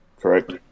correct